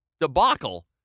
debacle